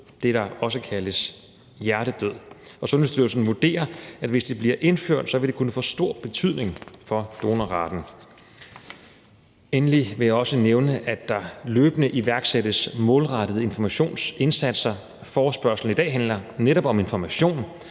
det, der også kaldes hjertedød – og Sundhedsstyrelsen vurderer, at det, hvis det bliver indført, vil kunne få stor betydning for donorraten. Endelig vil jeg også nævne, at der løbende iværksættes målrettede informationsindsatser. Forespørgslen i dag handler netop om information,